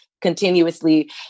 continuously